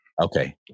Okay